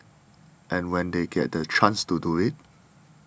and when they get the chance to do it